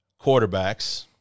quarterbacks